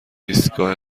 ایستگاه